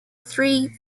three